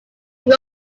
grew